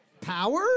power